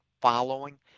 following